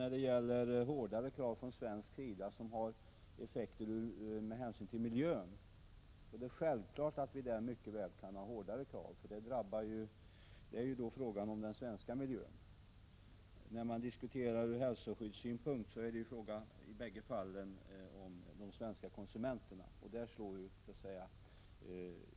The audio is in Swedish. När det gäller sådant som har effekter på miljön är det självklart att vi från svensk sida kan ha hårdare krav. Det är ju då fråga om den svenska miljön. När man diskuterar frågan ur hälsoskyddssynpunkt är det i bägge fallen fråga om de svenska konsumenterna.